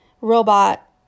robot